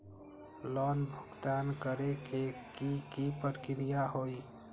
Loan भुगतान करे के की की प्रक्रिया होई?